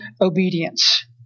obedience